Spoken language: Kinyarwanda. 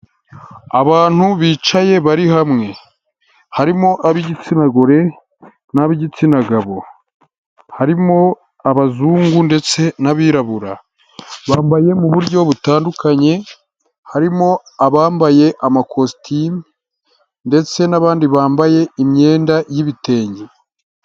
Abantu bicaye bari hamwe, harimo ab'igitsina gore n'ab'igitsina gabo. Harimo abazungu ndetse n'abirabura bambaye mu buryo butandukanye, harimo abambaye amakositimu ndetse n'abandi bambaye imyenda y'ibitenge.